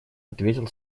ответил